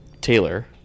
Taylor